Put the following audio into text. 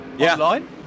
online